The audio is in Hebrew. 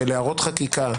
של הערות חקיקה,